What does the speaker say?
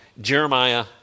Jeremiah